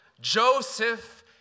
Joseph